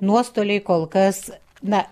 nuostoliai kol kas na